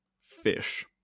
fish